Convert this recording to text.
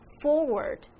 forward